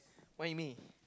why me